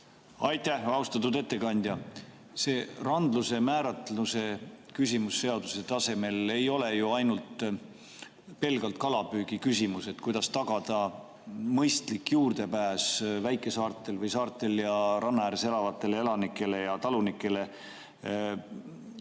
Aitäh! Austatud ettekandja! See randluse määratluse küsimus seaduse tasemel ei ole ju pelgalt kalapüügiküsimus, et kuidas tagada väikesaartel või saartel ja ranna ääres elavatele elanikele ja talunikele